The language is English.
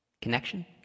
Connection